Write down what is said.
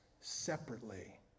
separately